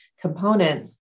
components